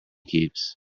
keeps